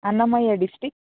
Annamayya district